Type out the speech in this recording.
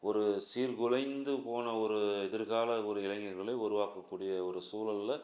ஒரு சீர்குலைந்து போன ஒரு எதிர்கால ஒரு இளைஞர்களை உருவாக்கக்கூடிய ஒரு சூழலில்